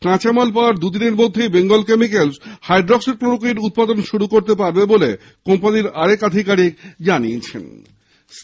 কাঁচামাল পাওয়ার দু দিনের মধ্যেই বেঙ্গল কেমিকেল হাইড্রক্সিক্লোরোকুইন উতপাদন শুরু করতে পারবে বলে কোম্পানির আর এক আধিকারিক জানিয়েছেন